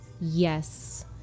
yes